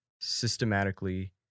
systematically